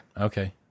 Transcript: Okay